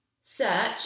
search